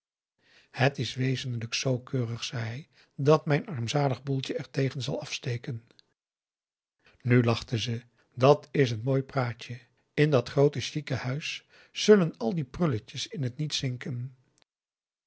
het is wezenlijk z keurig zei hij dat mijn armzalig boeltje er tegen zal afsteken nu lachte ze dat is n mooi praatje in dat groote c h i q u e huis zullen al die prulletjes in het niet zinken